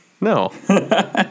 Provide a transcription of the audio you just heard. No